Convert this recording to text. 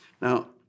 Now